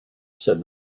said